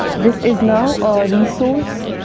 this is now a resource,